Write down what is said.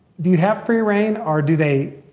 do you have free reign or do they,